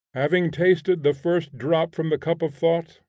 having tasted the first drop from the cup of thought,